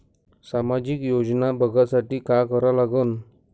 सामाजिक योजना बघासाठी का करा लागन?